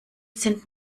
sind